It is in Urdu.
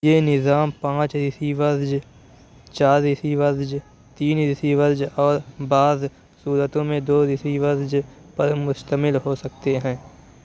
یہ نظام پانچ ریسیورز چار ریسیورز تین ریسیورز اور بعض صورتوں میں دو ریسیورز پر مشتمل ہو سکتے ہیں